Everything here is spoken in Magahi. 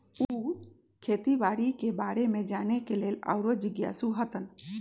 उ खेती बाड़ी के बारे में जाने के लेल आउरो जिज्ञासु हतन